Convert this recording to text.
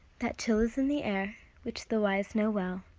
that chill is in the air which the wise know well,